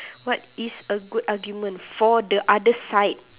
what is a good argument for the other side